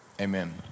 Amen